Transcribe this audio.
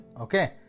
Okay